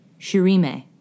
Shirime